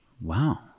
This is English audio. Wow